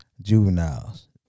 Juveniles